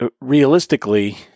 realistically